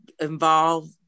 involve